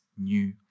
new